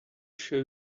show